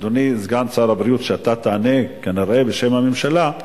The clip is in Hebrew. אדוני סגן שר הבריאות, אתה תענה כנראה בשם הממשלה: